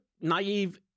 naive